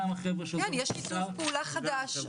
יש שיתוף פעולה חדש,